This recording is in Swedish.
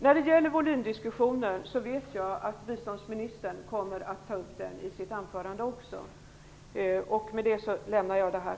När det gäller volymdiskussionen vet jag att biståndsministern kommer att ta upp den i sitt anförande, och med det lämnar jag detta.